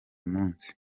munsi